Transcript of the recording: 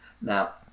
Now